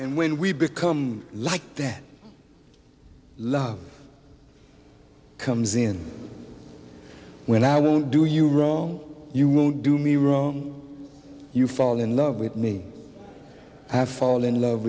and when we become like that love comes in when i will do you wrong you will do me wrong you fall in love with me after fall in love